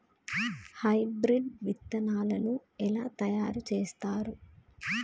Hybrid విత్తనాలను ఎలా తయారు చేస్తారు?